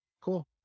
Cool